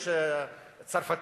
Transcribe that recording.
יש צרפתים.